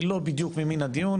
היא לא בדיוק ממין הדיון,